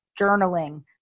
journaling